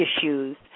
issues